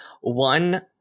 One